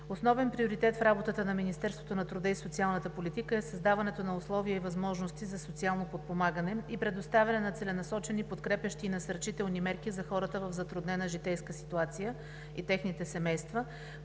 основен приоритет в работата на Министерството на труда и социалната политика е създаването на условия и възможности за социално подпомагане и предоставяне на целенасочени подкрепящи и насърчаващи мерки за хората в затруднена житейска ситуация и на техните семейства,